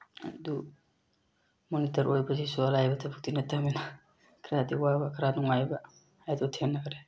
ꯑꯗꯨ ꯃꯣꯅꯤꯇꯔ ꯑꯣꯏꯕꯁꯤꯁꯨ ꯑꯔꯥꯏꯕ ꯊꯕꯛꯇꯤ ꯅꯠꯇꯃꯤꯅ ꯈꯔꯗꯤ ꯋꯥꯕ ꯈꯔ ꯅꯨꯡꯉꯥꯏꯕ ꯍꯥꯏꯕꯗꯣ ꯊꯦꯡꯅꯈꯔꯦ